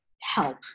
help